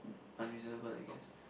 unreasonable I guess